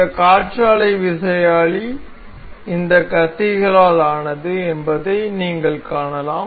இந்த காற்றாலை விசையாழி இந்த கத்திகளால் ஆனது என்பதை நீங்கள் காணலாம்